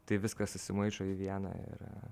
tai viskas susimaišo į vieną ir